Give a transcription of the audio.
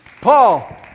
Paul